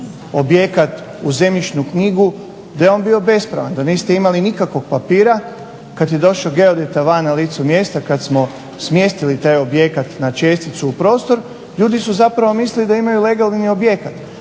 objekat u zemljišnu knjigu da je on bi bespravan da niste imali nikakvog papira. Kada je došao geodeta van na licu mjesta kada smo smjestili taj objekat na česticu u prostor ljudi su mislili da imaju legalni objekat.